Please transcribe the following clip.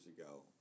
ago